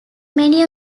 many